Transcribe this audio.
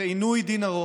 אחרי עינוי דין ארוך,